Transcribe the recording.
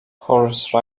horse